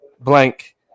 blank